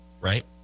right